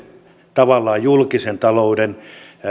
tavallaan julkisen talouden